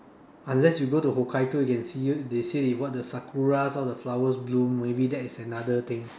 unless you go to Hokkaido you can see they say they what the sakura all the flowers bloom maybe that is another thing